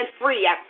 free